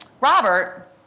Robert